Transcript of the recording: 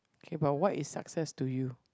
K but what is success to you